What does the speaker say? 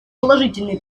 положительные